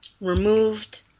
removed